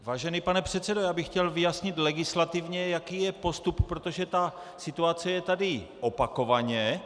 Vážený pane předsedo, já bych chtěl vyjasnit legislativně, jaký je postup, protože ta situace je tady opakovaně.